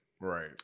Right